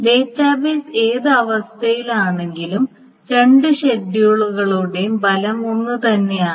database ഏത് അവസ്ഥയിൽ ആണെങ്കിലും രണ്ട് ഷെഡ്യൂളുകളുടെയും ഫലം ഒന്നുതന്നെയാണ്